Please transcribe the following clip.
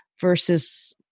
versus